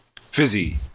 Fizzy